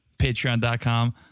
Patreon.com